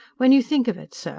when you think of it, sir,